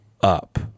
up